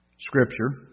Scripture